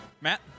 Matt